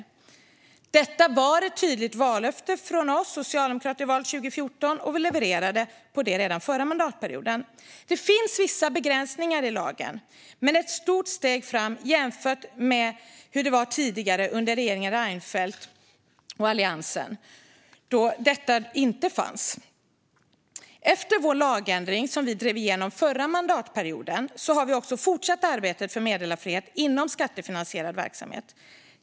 Detta var ett tydligt vallöfte från oss socialdemokrater i valet 2014, och vi levererade på det redan under förra mandatperioden. Det finns vissa begränsningar i lagen, men det är ett stort steg framåt jämfört med hur det var tidigare under regeringen Reinfeldt och Alliansen, då detta inte fanns. Efter vår lagändring som vi drev igenom förra mandatperioden har vi också fortsatt arbetet för meddelarfrihet inom skattefinansierad verksamhet.